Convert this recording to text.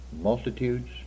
multitudes